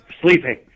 sleeping